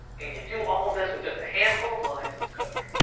and you do all of this with just a handful of lines of code.